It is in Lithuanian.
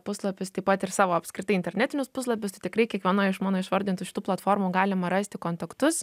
puslapius taip pat ir savo apskritai internetinius puslapius tai tikrai kiekvienoj iš mano išvardintų šitų platformų galima rasti kontaktus